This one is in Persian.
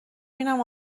بینم